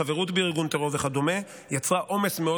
לחברות בארגון טרור וכדומה יצרה עומס מאוד